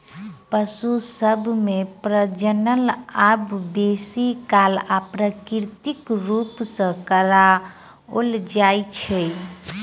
पशु सभ मे प्रजनन आब बेसी काल अप्राकृतिक रूप सॅ कराओल जाइत छै